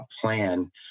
plan